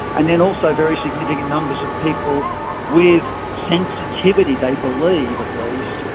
and then also very significant numbers of people with sensitivity, they believe at least,